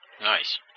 Nice